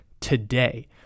today